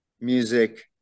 Music